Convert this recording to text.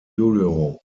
bureau